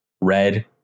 red